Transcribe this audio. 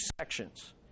sections